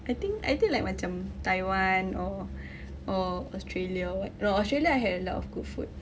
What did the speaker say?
I think I think like macam taiwan or or australia or what no australia I had a lot of good food